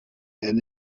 and